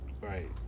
right